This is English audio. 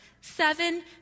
seven